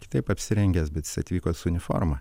kitaip apsirengęs bet jisai atvyko su uniforma